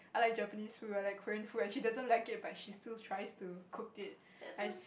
I like Japanese food I like Korean food and she doesn't like it but she still tries to cook it I